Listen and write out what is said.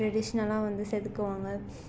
ட்ரெடிஷ்னல்லாக வந்து செதுக்குவாங்க